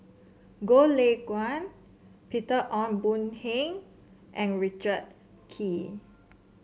Goh Lay Kuan Peter Ong Boon and Richard Kee